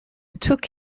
took